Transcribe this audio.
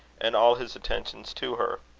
and all his attentions to her.